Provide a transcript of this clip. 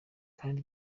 ikindi